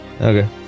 Okay